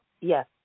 Yes